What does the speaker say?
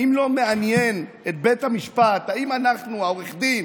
האם לא מעניין את בית המשפט, האם אנחנו, עורך הדין